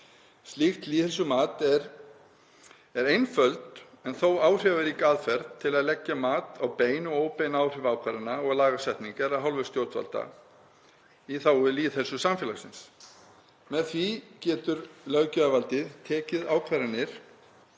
Slíkt lýðheilsumat er einföld en þó áhrifarík aðferð til að leggja mat á bein og óbein áhrif ákvarðana og lagasetningar af hálfu stjórnvalda í þágu lýðheilsu samfélagsins. Með því getur löggjafarvaldið tekið ákvarðanir